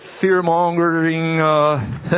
fear-mongering